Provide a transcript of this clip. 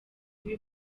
uyu